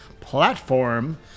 platform